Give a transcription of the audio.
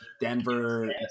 Denver